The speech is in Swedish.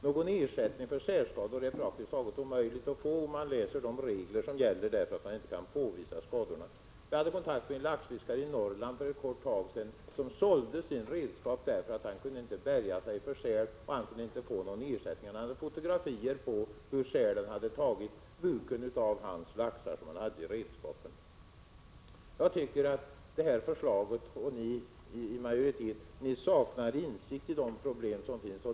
Någon ersättning för sälskadorna är det praktiskt taget omöjligt att få enligt de gällande reglerna därför att man inte kan påvisa skadorna. Jag var i kontakt med en laxfiskare i Norrland för ett tag sedan. Han = Prot. 1986/87:113 berättade att han hade sålt sitt redskap därför att han inte kunde värja sig för — 29 april 1987 sälen, men han kunde inte få ersättning. Han hade fotografier på hur sälen hade tagit buken av de laxar som han hade i redskapen. Jag tycker att ni i majoriteten saknar insikt i de problem som finns.